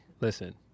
Listen